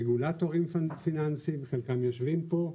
רגולטורים פיננסיים שחלקם גם יושבים פה,